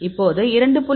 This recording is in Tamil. இப்போது 2